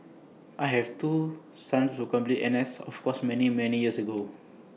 I have two sons who completed N S of course many many years ago